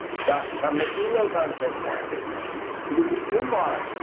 so from material conception it is it is immoral,